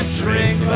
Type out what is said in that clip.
drink